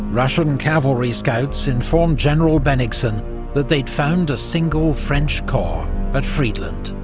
russian cavalry scouts informed general bennigsen that they'd found a single french corps at friedland.